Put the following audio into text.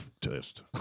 test